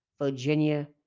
Virginia